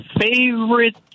favorite